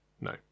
no